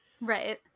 right